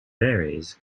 varies